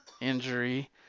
injury